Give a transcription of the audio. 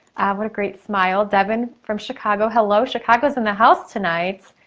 what a great smile. devon from chicago, hello. chicago's in the house tonight!